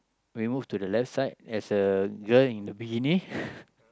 when we move to the left side there's a girl in bikini